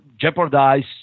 jeopardize